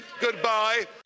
goodbye